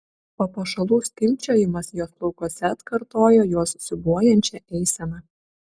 papuošalų skimbčiojimas jos plaukuose atkartojo jos siūbuojančią eiseną